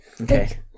Okay